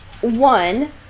one